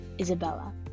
Isabella